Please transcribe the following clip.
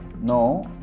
No